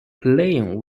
playing